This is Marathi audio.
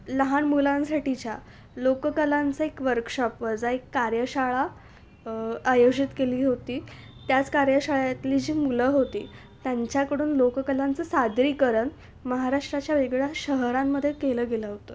लहान मुलांसाठीच्या लोककलांचा एक वर्कशॉप वजा एक कार्यशाळा आयोजित केली होती त्याच कार्यशाळेतली जी मुलं होती त्यांच्याकडून लोककलांचं सादरीकरण महाराष्ट्राच्या वेगळ्या शहरांमध्ये केलं गेलं होतं